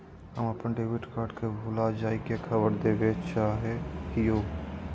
हम अप्पन debit card के भुला जाये के खबर देवे चाहे हियो